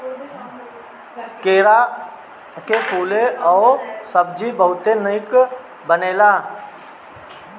केरा के फूले कअ सब्जी बहुते निक बनेला